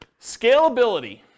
Scalability